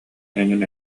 эҥин